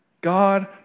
God